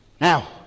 Now